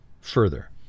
further